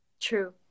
True